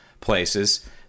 places